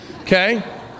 okay